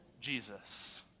Jesus